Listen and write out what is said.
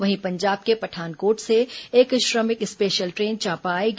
वहीं पंजाब के पठानकोट से एक श्रमिक स्पेशल ट्रेन चांपा आएगी